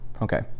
Okay